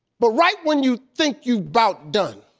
but right when you think you bout done,